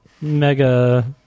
mega